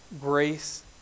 grace